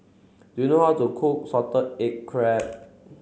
do you know how to cook salted egg crab